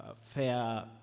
fair